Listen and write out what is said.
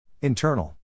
Internal